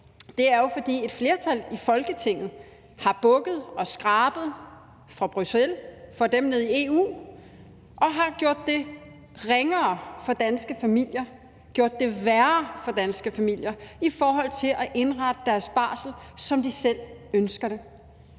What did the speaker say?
dag, er, at et flertal i Folketinget har bukket og skrabet for Bruxelles, for dem nede i EU, og har gjort det ringere for danske familier, gjort det værre for danske familier i forhold til at indrette familiernes barsel, som de selv ønsker det.